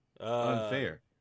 Unfair